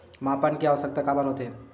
मापन के आवश्कता काबर होथे?